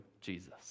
Jesus